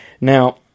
Now